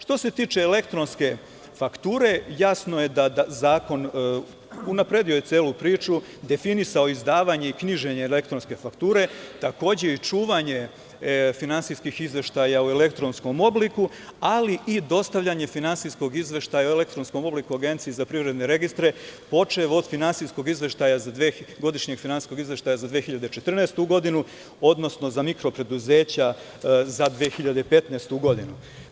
Što se tiče elektronske fakture, jasno je da je zakon unapredio celu priču, definisao izdavanje i knjiženje elektronske fakture, takođe i čuvanje finansijskih izveštaja u elektronskom obliku, ali i dostavljanje finansijskog izveštaja u elektronskom obliku Agenciji za privredne registre počev od finansijskog izveštaja za 2014. godinu, odnosno za mikro preduzeća za 2015. godinu.